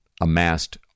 amassed